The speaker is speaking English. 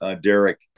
Derek